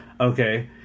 okay